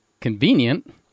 Convenient